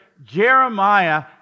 Jeremiah